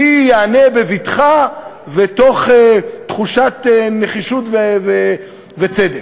מי יענה בבטחה ותוך תחושת נחישות וצדק?